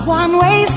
one-way